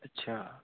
अच्छा